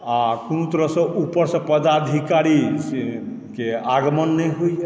आ कोनो तरहसँ उपरसँ पदाधिकारीके आगमन नहि होइए